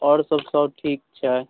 आओर सब सब ठीक छै